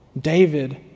David